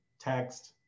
text